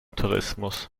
tourismus